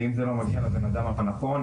ואם זה לא מגיע לבן-אדם הנכון,